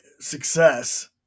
success